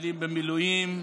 לחיילים במילואים,